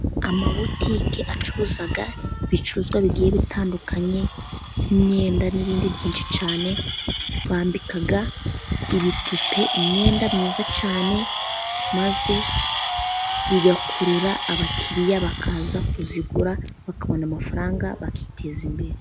Amabotiki acuruza ibicuruzwa bigiye bitandukanye, nk'imyenda n'ibindi byinshi cyane, bambika ibipupe imyenda myiza cyane, maze bigakurura abakiriya bakaza kuyigura bakabona amafaranga bakiteza imbere.